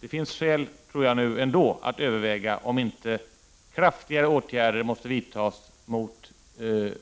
Jag tror att det ändå finns skäl att nu överväga om inte kraftigare åtgärder måste vidtas mot